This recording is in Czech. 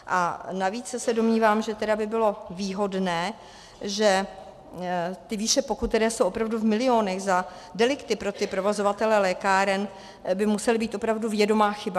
A navíc se domnívám, že by bylo výhodné, že ty výše pokut, které jsou opravdu v milionech za delikty pro provozovatele lékáren, by musely být opravdu vědomá chyba.